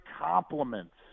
compliments